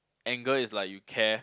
anger is like you care